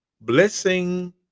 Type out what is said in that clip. Blessing